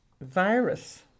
Virus